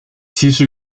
其实